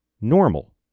normal